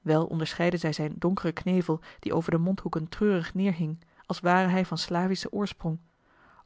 wel onderscheidde zij zijn donkeren knevel die over de mondhoeken treurig neerhing als ware hij van slavischen oorsprong